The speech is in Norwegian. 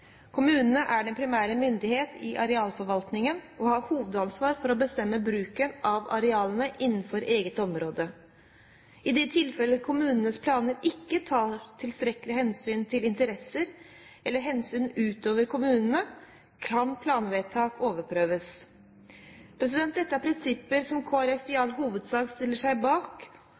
Kommunene er den primære myndighet i arealforvaltningen og har hovedansvar for å bestemme bruken av arealene innenfor eget område. I de tilfeller kommunenes planer ikke tar tilstrekkelig hensyn til interesser eller hensyn utover kommunene, kan planvedtak overprøves. Dette er prinsipper som Kristelig Folkeparti i all hovedsak stiller seg bak